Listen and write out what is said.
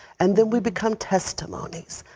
and then we become testimonies,